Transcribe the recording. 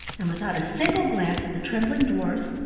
and without a single glance at the trembling dwarfs,